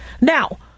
Now